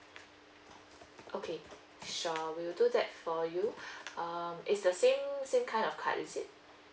okay sure we will do that for you um it's the same same kind of card is it